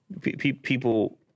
people